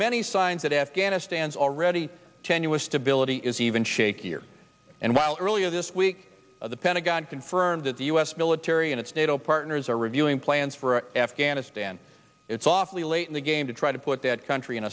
many signs that afghanistan's already tenuous stability is even shakier and while earlier this week the pentagon confirmed that the us military and its nato partners are reviewing plans for afghanistan it's awfully late in the game to try to put that country in